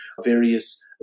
various